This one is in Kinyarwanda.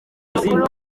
mukuru